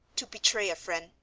to betray a friend,